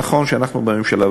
נכון שאנחנו בממשלה,